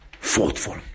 thoughtful